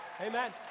Amen